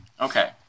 Okay